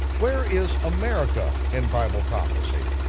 where is america in bible prophecy?